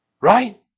Right